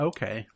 Okay